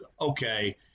okay